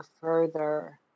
further